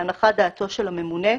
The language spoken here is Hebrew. להנחת דעתו של הממונה,